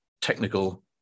technical